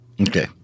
Okay